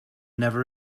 never